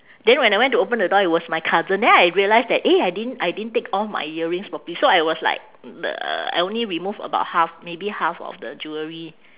then when I went to open the door it was my cousin then I realise that eh I didn't I didn't take all my earrings properly so I was like uh I only remove about half maybe half of the jewellery